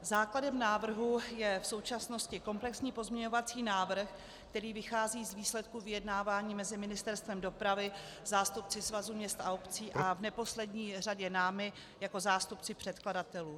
Základem návrhu je v současnosti komplexní pozměňovací návrh, který vychází z výsledků vyjednávání mezi Ministerstvem dopravy, zástupci Svazu měst a obcí a v neposlední řadě námi jako zástupci předkladatelů.